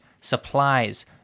supplies